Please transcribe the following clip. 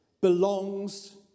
belongs